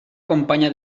companya